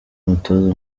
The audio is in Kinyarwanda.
umutoza